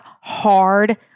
hard